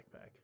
backpack